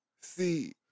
See